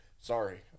Sorry